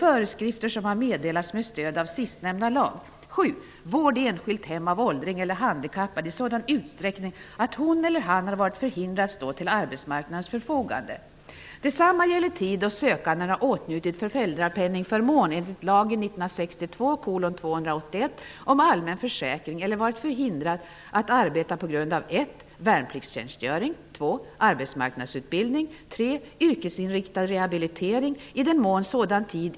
Precis som i fråga om sjukpenning bör alla ha rätt till ekonomiskt skydd vid arbetslöshet. Det är principiellt felaktigt att en inkomstrelaterad ersättning skall förutsätta medlemskap i en privat arbetslöshetskassa. Detta har under de gångna åren blivit alltmer påtagligt. Den kraftigt ökande arbetslösheten med åtföljande kostnadsökningar har medfört att medlemmarnas bidrag till finansiering blivit allt mindre.